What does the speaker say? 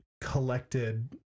collected